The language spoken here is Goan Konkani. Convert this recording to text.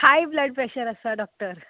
हाय ब्लड प्रेशर आसा डॉक्टर